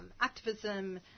activism